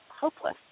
hopeless